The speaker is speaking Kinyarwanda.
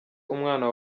umwana